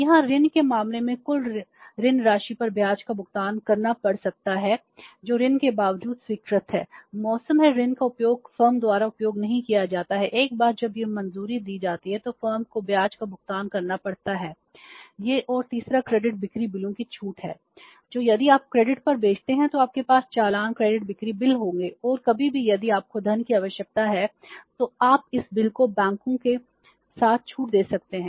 यहां ऋण के मामले में कुल ऋण राशि पर ब्याज का भुगतान करना पड़ सकता है जो ऋण के बावजूद स्वीकृत है मौसम है ऋण का उपयोग फर्म द्वारा उपयोग नहीं किया जाता है एक बार जब यह मंजूरी दी जाती है तो फर्म को ब्याज का भुगतान करना पड़ता है यह और तीसरा क्रेडिट बिक्री बिलों की छूट है जो यदि आप क्रेडिट पर बेचते हैं तो आपके पास चालान क्रेडिट बिक्री बिल होंगे और कभी भी यदि आपको धन की आवश्यकता है तो आप इस बिल को बैंकों के साथ छूट दे सकते हैं